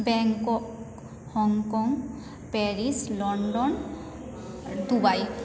Bangkok Hong Kong Paris London আর Dubai